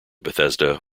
bethesda